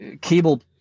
cable